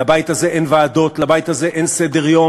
לבית הזה אין ועדות, לבית הזה אין סדר-יום.